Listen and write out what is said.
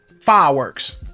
fireworks